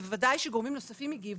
בוודאי שגורמים נוספים הגיבו,